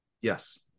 Yes